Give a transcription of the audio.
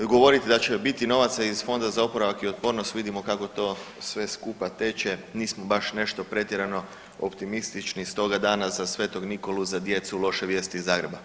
Govoriti da će biti novaca iz Fonda za oporavak i otpornost vidimo kako to sve skupa teče, nismo baš nešto pretjerano optimistični stoga danas za Svetog Nikolu za djecu loše vijesti iz Zagreba.